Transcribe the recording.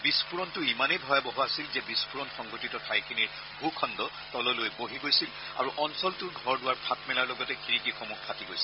বিস্ফোৰণটো ইমানেই ভয়াবহ আছিল যে বিস্ফোৰণ সংঘটিত ঠাইখিনিৰ ভূখণ্ড তললৈ বহি গৈছিল আৰু অঞ্চলটোৰ ঘৰদুৱাৰ ফাট মেলাৰ লগতে খিৰিকিসমূহ ফাটি গৈছিল